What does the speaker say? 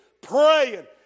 praying